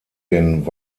den